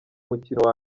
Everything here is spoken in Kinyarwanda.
mukino